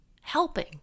helping